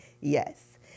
Yes